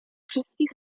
wszystkich